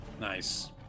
nice